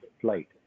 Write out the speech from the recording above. flight